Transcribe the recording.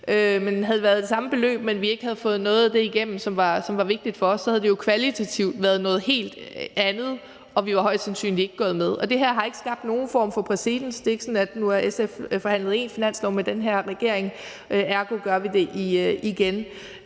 det havde været det samme beløb, der var sat af, men vi ikke havde fået noget af det igennem, som var vigtigt for os, så havde det jo kvalitativt været noget helt andet, og vi var højst sandsynligt ikke gået med, og det her har ikke skabt nogen form for præcedens. Det er ikke sådan, at nu har SF forhandlet én finanslov med den her regering, så ergo gør vi det igen,